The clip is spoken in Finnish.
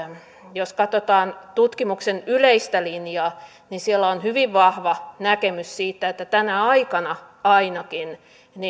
jos katsotaan tutkimuksen yleistä linjaa siellä on hyvin vahva näkemys siitä että tänä aikana ainakin